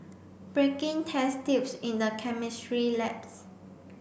breaking test tubes in the chemistry labs